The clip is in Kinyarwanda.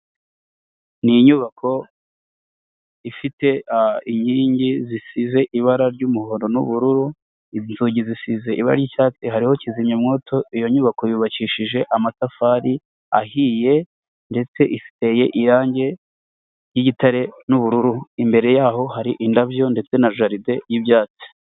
Ni inyubako ifite inkingi zisize ibara ry'umuhondo n'ubururu, inzugi zisize ibara ry'icyatsi hariho kizimyamwoto, iyo nyubako yubakishije amatafari ahiye ndetse ifite irangi ry'igitare n'ubururu, imbere y'aho hari indabyo ndetse na jaride y'ibyatsi.